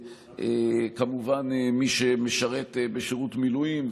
כמובן גם עבור מי שמשרת בשירות מילואים,